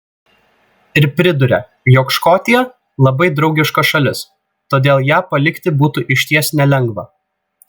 ir priduria jog škotija labai draugiška šalis todėl ją palikti būtų išties nelengva